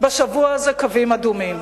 בשבוע הזה קווים אדומים.